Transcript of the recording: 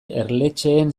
erletxeen